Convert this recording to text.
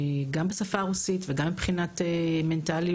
גם בשפה הרוסית וגם מבחינת מנטליות,